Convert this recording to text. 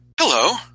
Hello